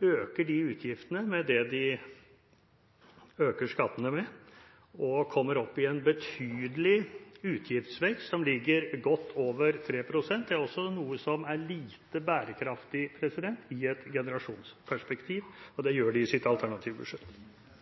øker de utgiftene med det de øker skattene med og kommer opp i en betydelig utgiftsvekst, som ligger godt over 3 pst. Det er også noe som er lite bærekraftig i et generasjonsperspektiv, og dette gjør de i sitt alternative budsjett.